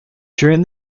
during